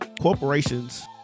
Corporations